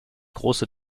große